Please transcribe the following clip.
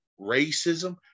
racism